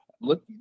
look